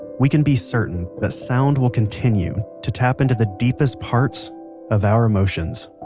we can be certain that sound will continue to tap into the deepest parts of our emotions